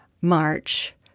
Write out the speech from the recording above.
March